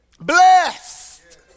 Blessed